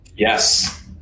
Yes